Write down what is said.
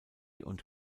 und